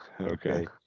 Okay